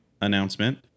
announcement